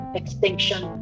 extinction